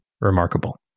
remarkable